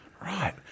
Right